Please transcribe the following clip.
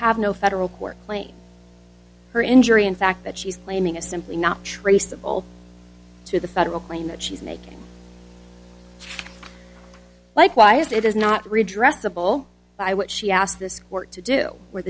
have no federal court claim her injury in fact that she's claiming a simply not traceable to the federal claim that she's making like why is that is not redress the bull by what she asked this court to do w